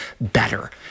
better